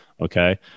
Okay